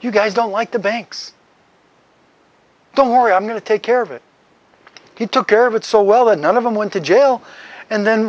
you guys don't like the banks don't worry i'm going to take care of it he took care of it so well the none of them went to jail and then